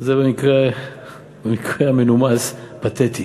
זה במקרה המנומס פתטי